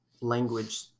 language